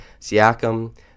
Siakam